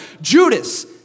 Judas